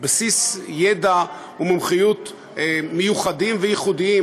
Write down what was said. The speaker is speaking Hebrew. בסיס ידע ומומחיות מיוחדים וייחודיים